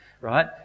right